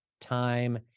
time